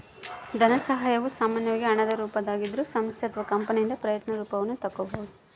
ಧನಸಹಾಯವು ಸಾಮಾನ್ಯವಾಗಿ ಹಣದ ರೂಪದಾಗಿದ್ರೂ ಸಂಸ್ಥೆ ಅಥವಾ ಕಂಪನಿಯಿಂದ ಪ್ರಯತ್ನ ರೂಪವನ್ನು ತಕ್ಕೊಬೋದು